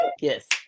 yes